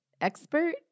expert